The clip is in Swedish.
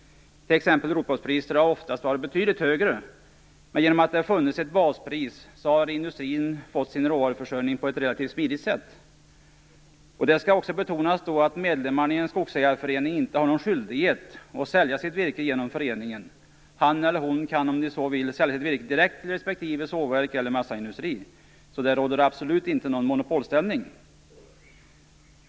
Rotpostpriser har t.ex. oftast varit betydligt högre. Men genom att det har funnits ett baspris har industrin fått sin råvaruförsörjning på ett relativt smidigt sätt. Det skall också betonas att medlemmarna i en skogsägarförening inte har någon skyldighet att sälja sitt virke genom föreningen. Han eller hon kan om man så vill sälja virket direkt till respektive sågverk eller massaindustri. Det råder absolut inte någon monopolställning.